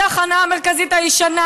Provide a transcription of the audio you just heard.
התחנה המרכזית הישנה,